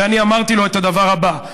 ואמרתי לו את הדבר הבא: